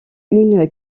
une